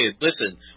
listen